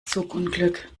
zugunglück